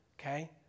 okay